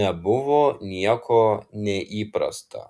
nebuvo nieko neįprasta